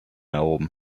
erhoben